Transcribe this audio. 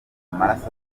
amaraso